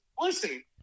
listen